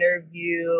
interview